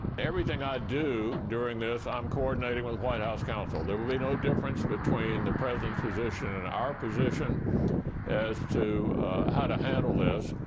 everything i do during this i'm coordinating with white house counsel. there will be no difference between the president's position and our position as to how to handle this.